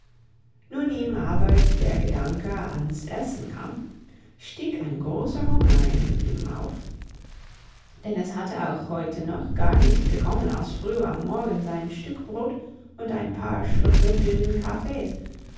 nun ihm aber der gedanke ans essen kam stieg ein großer hunger in ihm auf denn es hatte auch heute noch gar nichts bekommen als früh am morgen sein stück brot und ein paar schlucke dünnen kaffees